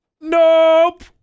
Nope